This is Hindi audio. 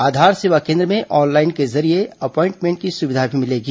आधार सेवा केन्द्र में ऑनलाइन के जरिए अपॉइंटमेंट की सुविधा भी मिलेगी